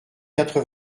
quatre